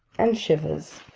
and shivers,